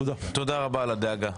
תודה רבה על הדאגה.